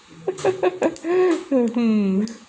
hmm